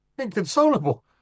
Inconsolable